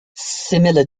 similar